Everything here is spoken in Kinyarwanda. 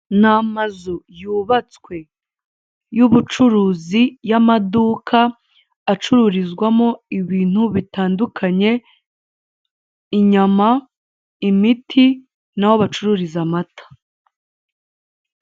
Ni amazu yubatswe y'ubucuruzi y'amaduka acururizwamo ibintu butandukanye inyama, imiti naho bacururiza amata.